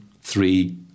three